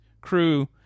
crew